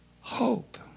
hope